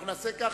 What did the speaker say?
אנחנו נעשה כך.